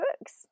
books